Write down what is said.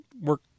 work